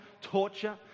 torture